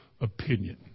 opinion